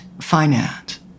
finance